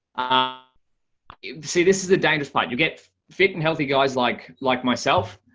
ah see, this is the dangerous part you get fit and healthy guys like like myself,